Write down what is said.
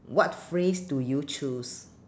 what phrase do you choose